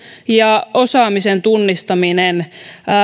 ja osaamisen tunnistaminen